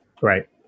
Right